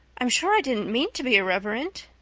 i'm sure i didn't mean to be irreverent.